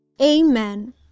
Amen